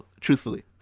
Truthfully